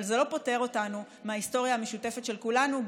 אבל זה לא פוטר אותנו מההיסטוריה המשותפת של כולנו,